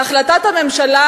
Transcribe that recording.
בהחלטת הממשלה,